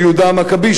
של יהודה המכבי,